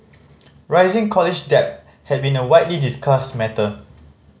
rising college debt has been a widely discussed matter